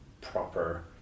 proper